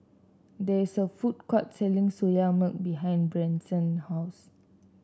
there is a food court selling Soya Milk behind Branson's house